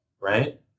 right